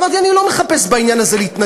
אמרתי שאני לא מחפש בעניין הזה להתנגח,